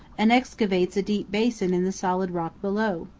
and excavates a deep basin in the solid rock below.